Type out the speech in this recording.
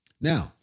Now